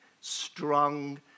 strong